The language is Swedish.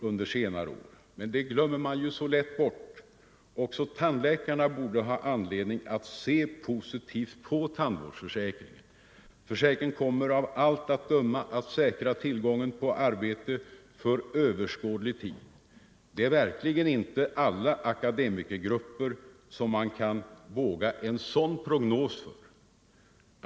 Men det Torsdagen den glömmer man ju så lätt bort. Också tandläkarna borde ha anledning att 21 november 1974 se positivt på tandvårdsförsäkringen. Försäkringen kommer av allt att. LL döma att säkra tillgången på arbete för överskådlig tid. Det är verkligen Om upphävande av inte alla akademikergrupper för vilka man vågar ställa upp en sådan = etableringsstoppet prognos.